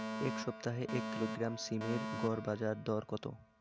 এই সপ্তাহে এক কিলোগ্রাম সীম এর গড় বাজার দর কত?